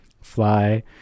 fly